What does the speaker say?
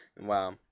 wow